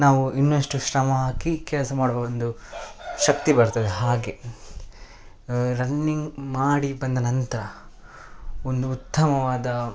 ನಾವು ಇನ್ನಷ್ಟು ಶ್ರಮ ಹಾಕಿ ಕೆಲಸ ಮಾಡುವ ಒಂದು ಶಕ್ತಿ ಬರ್ತದೆ ಹಾಗೆ ರನ್ನಿಂಗ್ ಮಾಡಿ ಬಂದ ನಂತರ ಒಂದು ಉತ್ತಮವಾದ